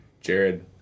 Jared